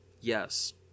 yes